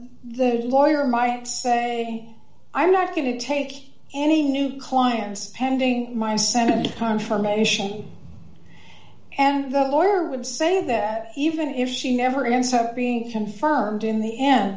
he lawyer might say i'm not going to take any new clients pending my senate confirmation and that lawyer would say that even if she never ends up being confirmed in the end